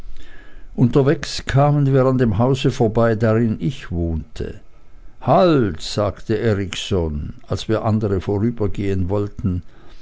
unterwegs kamen wir an dem hause vorbei darin ich wohnte halt sagte erikson als wir andere vorübergehen wollten